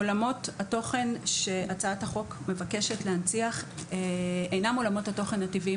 עולמות התוכן שהצעת החוק מבקשת להנציח אינם עולמות התוכן הטבעיים